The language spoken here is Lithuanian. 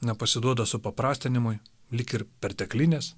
nepasiduoda supaprastinimui lyg ir perteklinės